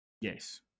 Yes